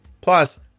plus